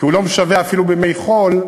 כי הוא לא משווע אפילו בימי חול,